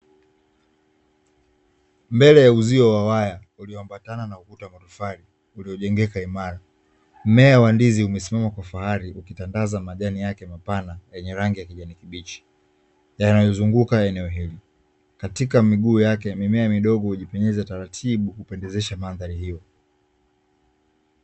Mbele ya uzio wa waya uloambatana na ukuta wa matofali ulojengeka imara, mmea wa ndizi umesimama kwa ufahari ukitandaza majani yake mapana, yenye rangi ya kijani kibichi na yanayozunguka eneo hilo, Katika miguu yake mimea midogo hujipenyeza taratibu hupendezesha mandhari hiyo.